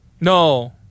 No